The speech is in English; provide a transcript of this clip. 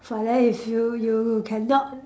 but then if you you cannot